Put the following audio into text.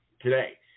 today